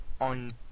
on